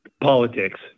Politics